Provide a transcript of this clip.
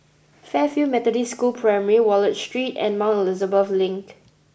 Fairfield Methodist School Primary Wallich Street and Mount Elizabeth Link